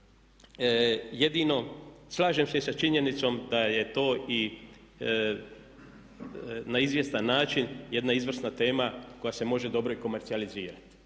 jedino, slažem se i sa činjenicom da je to i na izvjestan način jedna izvrsna tema koja se može dobro i komercijalizirati.